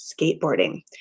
skateboarding